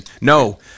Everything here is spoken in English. No